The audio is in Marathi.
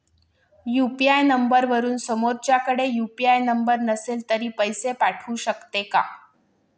यु.पी.आय नंबरवरून समोरच्याकडे यु.पी.आय नंबर नसेल तरी पैसे पाठवू शकते का?